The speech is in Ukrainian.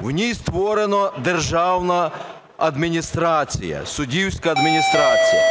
в ній створена Державна адміністрація, суддівська адміністрація.